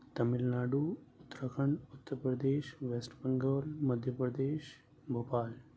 Tamil Nadu Uttarakhand Uttar Pradesh West Bengal Madhya Pradesh Bhopal